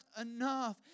enough